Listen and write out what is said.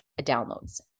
downloads